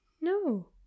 No